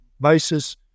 basis